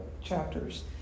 chapters